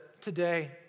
today